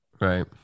Right